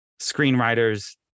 screenwriters